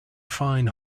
fine